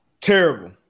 terrible